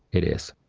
it is.